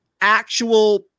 actual